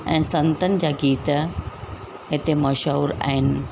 ऐं संतनि जा गीत हिते मशहूरु आहिनि